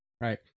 right